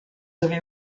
avez